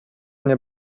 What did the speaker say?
nie